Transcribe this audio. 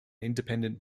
independent